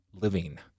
living